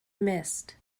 missed